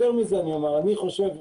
כל נושא